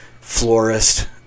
florist